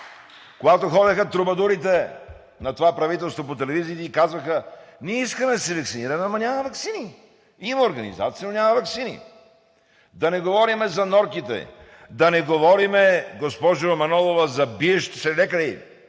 Когато ходеха трубадурите на това правителство по телевизиите и казваха: ние искаме да се ваксинираме, ама няма ваксини. Има организация, но няма ваксини. Да не говорим за норките. Да не говорим, госпожо Манолова, за биещи се лекари